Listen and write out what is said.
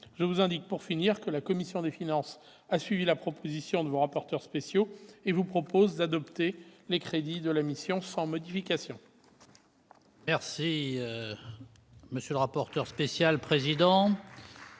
je vous indique, pour finir, que la commission des finances a suivi la proposition de vos rapporteurs spéciaux et vous propose d'adopter les crédits de la mission, sans modification. La parole est à M. le rapporteur spécial. Monsieur